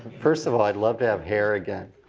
first of all, i'd love to have hair again.